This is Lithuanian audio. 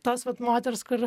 tos vat moters kur